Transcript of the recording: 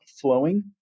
flowing